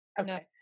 Okay